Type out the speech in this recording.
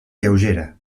lleugera